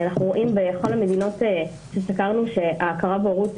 אנחנו רואים בכל המדינות שסקרנו שההכרה בהורות